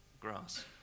Grass